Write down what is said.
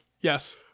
Yes